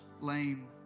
lame